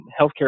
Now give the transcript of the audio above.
healthcare